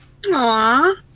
aww